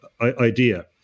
idea